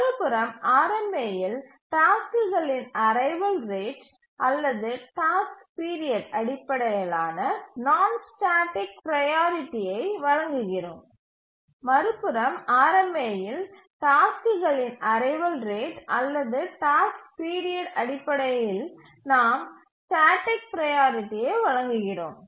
மறுபுறம் RMAஇல் டாஸ்க்குகளின் அரைவல் ரேட் அல்லது டாஸ்க் பீரியட் அடிப்படையில் நாம் ஸ்டேட்டிக் ப்ரையாரிட்டியை வழங்குகிறோம்